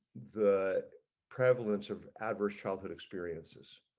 the prevalence of adverse childhood experiences.